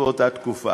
באותה תקופה